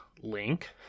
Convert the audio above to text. Link